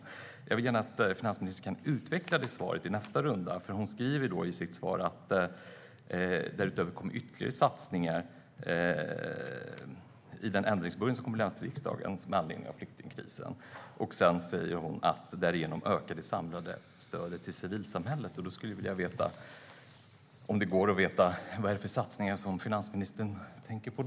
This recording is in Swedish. Jag vill gärna att finansministern utvecklar svaret i nästa inlägg, för i sitt svar skriver hon att "därutöver kommer ytterligare satsningar i den ändringsbudget som lämnas till riksdagen med anledning av flyktingkrisen". Vidare skriver hon att "därigenom ökar det samlade stödet till civilsamhället". Jag skulle vilja veta vilka satsningar finansministern då tänker på.